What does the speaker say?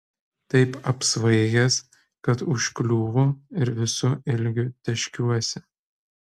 taip apsvaigęs kad užkliūvu ir visu ilgiu tėškiuosi